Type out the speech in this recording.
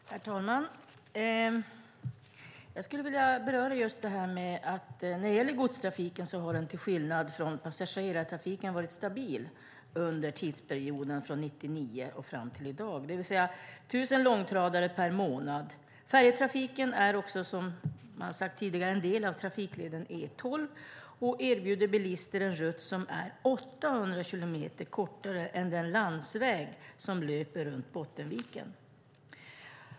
Herr talman! Jag skulle vilja beröra detta att godstrafiken till skillnad från passagerartrafiken har varit stabil från 1999 fram till i dag. Det är alltså tusen långtradare per månad. Färjetrafiken är, som har sagts tidigare, en del av trafikleden E12 och erbjuder bilister en rutt som är 800 kilometer kortare än den landsväg som löper runt Bottenviken.